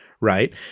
right